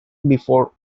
before